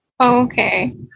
okay